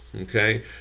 okay